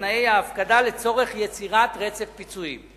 תנאי ההפקדה לצורך יצירת רצף פיצויים.